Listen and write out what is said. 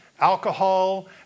alcohol